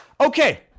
okay